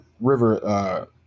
River